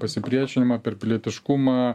pasipriešinimą per pilietiškumą